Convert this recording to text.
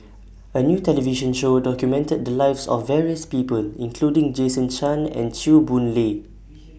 A New television Show documented The Lives of various People including Jason Chan and Chew Boon Lay